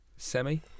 Semi